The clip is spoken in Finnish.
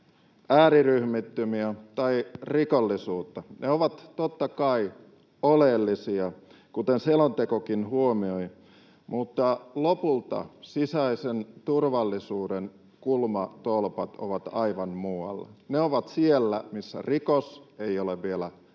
ääriryhmittymiä tai rikollisuutta. Ne ovat totta kai oleellisia, kuten selontekokin huomioi, mutta lopulta sisäisen turvallisuuden kulmatolpat ovat aivan muualla. Ne ovat siellä, missä rikos ei ole vielä